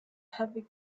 heavy